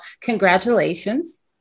congratulations